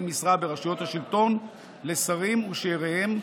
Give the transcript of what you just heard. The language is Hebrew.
משרה ברשויות השלטון לשרים ושאיריהם,